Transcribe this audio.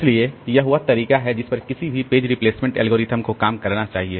इसलिए यह वह तरीका है जिस पर किसी भी पेज रिप्लेसमेंट एल्गोरिदम को काम करना चाहिए